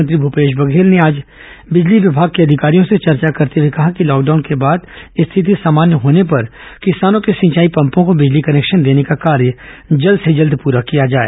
मुख्यमंत्री भूपेश बघेल ने आज बिजली विभाग के अधिकारियों से चर्चा करते हुए कहा कि लॉकडाउन के बाद स्थिति सामान्य होने पर किसानों के सिंचाई पम्पो को बिजली कनेक्शन देने का कार्य जल्द से जल्द पूरा किया जाए